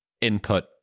input